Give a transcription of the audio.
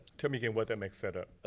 tell me again what that makes that up.